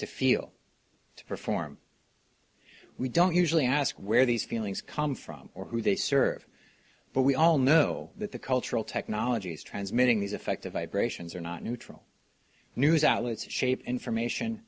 to feel to perform we don't usually ask where these feelings come from or who they serve but we all know that the cultural technologies transmitting these effective vibrations are not neutral news outlets shape information